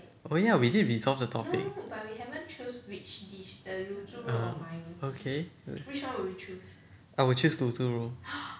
oh ya we did resolve the topic uh okay I will choose 卤猪肉